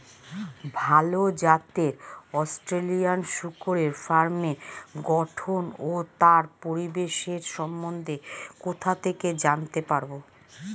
ভাল জাতের অস্ট্রেলিয়ান শূকরের ফার্মের গঠন ও তার পরিবেশের সম্বন্ধে কোথা থেকে জানতে পারবো?